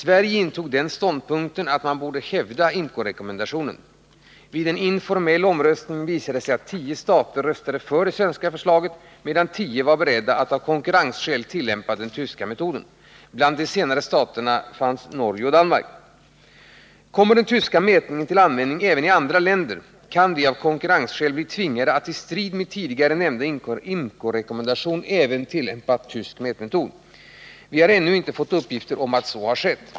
Sverige intog i IMCO den ståndpunkten att man borde hävda IMCO-rekommendationen. Vid en informell omröstning visade det sig att tio stater röstade för det svenska förslaget, medan tio stater var beredda att av konkurrensskäl tillämpa den tyska mätmetoden. Bland de senare staterna fanns Norge och Danmark. Kommer den tyska mätningen till användning även i andra länder, kan vi av konkurrensskäl bli tvingade att i strid med tidigare nämnda IMCO rekommendation även tillämpa tysk mätmetod. Vi har ännu inte fått uppgifter om att så har skett.